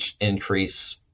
increase